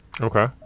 Okay